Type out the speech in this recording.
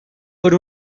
per